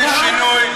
אם יש שינוי,